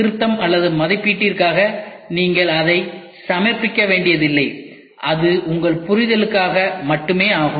திருத்தம் அல்லது மதிப்பீட்டிற்காக நீங்கள் அதை சமர்ப்பிக்க வேண்டியதில்லை அது உங்கள் புரிதலுக்காக மட்டுமே ஆகும்